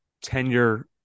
tenure